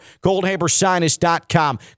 Goldhabersinus.com